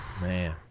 Man